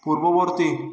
পূর্ববর্তী